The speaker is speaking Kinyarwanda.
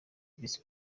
visi